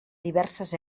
diverses